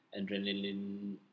Adrenaline